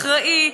אחראי,